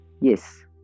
Yes